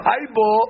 Aibo